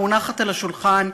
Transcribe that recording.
מונחת על השולחן,